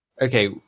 Okay